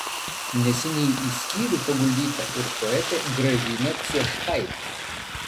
neseniai į skyrių paguldyta ir poetė gražina cieškaitė